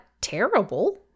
terrible